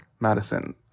madison